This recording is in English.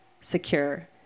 secure